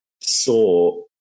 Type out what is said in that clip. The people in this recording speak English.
saw